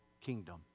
kingdom